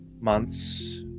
months